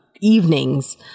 evenings